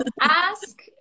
ask